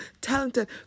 talented